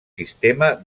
sistema